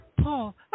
Paul